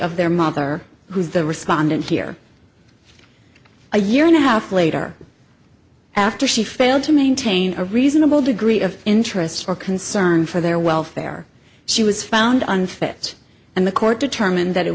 of their mother who is the respondent here a year and a half later after she failed to maintain a reasonable degree of interest or concern for their welfare she was found unfit and the court determined that it